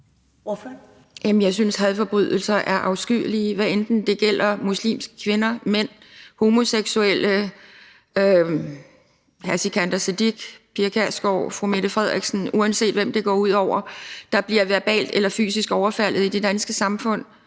jeg synes, at hadforbrydelser er afskyelige, hvad enten det gælder muslimske kvinder, mænd, homoseksuelle, hr. Sikandar Siddique, fru Pia Kjærsgaard, fru Mette Frederiksen – uanset hvem det går ud over, der bliver verbalt eller fysisk overfaldet i det danske samfund.